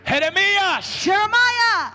Jeremiah